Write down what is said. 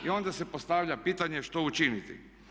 I onda se postavlja pitanje što učiniti?